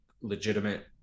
legitimate